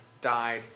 died